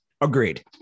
agreed